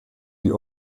die